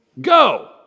Go